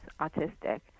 autistic